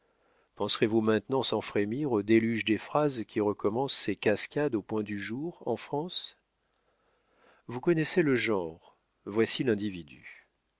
penserez vous maintenant sans frémir au déluge des phrases qui recommence ses cascades au point du jour en france vous connaissez le genre voici l'individu